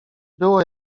było